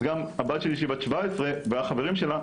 אז גם הבת שלי שהיא בת 17 והחברים שלה,